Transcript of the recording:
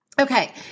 Okay